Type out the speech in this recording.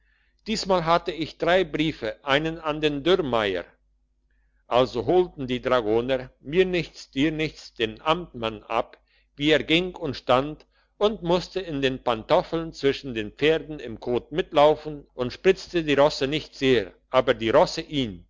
diesmal hatte ich drei briefe einen an den dürrmaier also holten die dragoner mir nichts dir nichts den amtmann ab wie er ging und stand und musste in den pantoffeln zwischen den pferden im kot mitlaufen und spritzte die rosse nicht sehr aber die rosse ihn